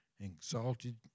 exalted